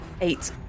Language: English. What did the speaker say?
eight